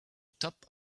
top